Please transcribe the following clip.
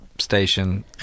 Station